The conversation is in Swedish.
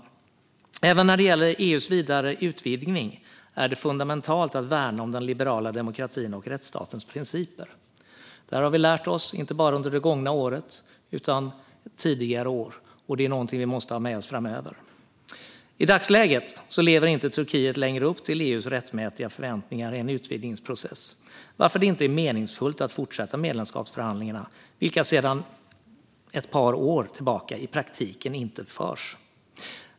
Även när det gäller EU:s vidare utvidgning är det fundamentalt att värna om den liberala demokratin och rättsstatens principer. Det har vi lärt oss inte bara under det gångna året utan också tidigare år. Det är någonting vi måste ha med oss framöver. I dagsläget lever Turkiet inte längre upp till EU:s rättmätiga förväntningar i en utvidgningsprocess, varför det inte är meningsfullt att fortsätta medlemskapsförhandlingarna, vilka sedan ett par år tillbaka i praktiken inte förs.